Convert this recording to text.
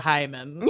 Hyman